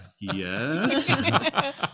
yes